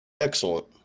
excellent